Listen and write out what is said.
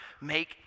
make